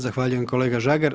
Zahvaljujem kolega Žagar.